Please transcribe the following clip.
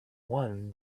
won